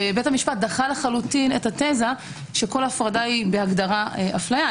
ובית המשפט דחה לחלוטין את התזה שכל הפרדה היא בהגדרה אפליה.